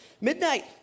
Midnight